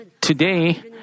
Today